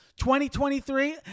2023